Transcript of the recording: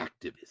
activist